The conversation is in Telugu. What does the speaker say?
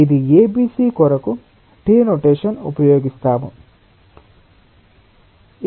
కాబట్టి ఇది ABC కొరకు T నొటేషన్ ఉపయోగిస్తాము